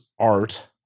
art